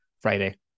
Friday